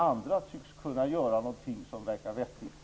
Andra tycks ju kunna göra vad som verkar vettigt.